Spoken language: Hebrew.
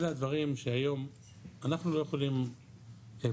אלה הדברים שהיום אנחנו לא יכולים פשוט